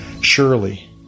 Surely